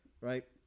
right